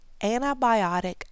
antibiotic